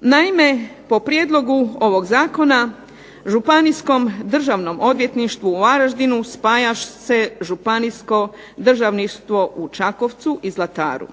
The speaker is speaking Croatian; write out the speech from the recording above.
Naime, po prijedlogu ovog zakona Županijskom državnom odvjetništvu u Varaždinu spaja se Županijsko državništvo u Čakovcu i Zlataru.